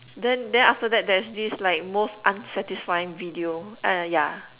then then after that there is like most unsatisfying video uh ya